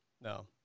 no